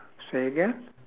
say again